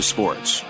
Sports